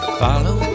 follow